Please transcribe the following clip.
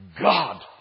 God